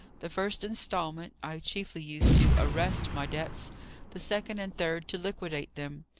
the first instalment, i chiefly used to arrest my debts the second and third to liquidate them.